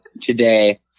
today